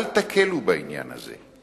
אל תקלו בעניין הזה,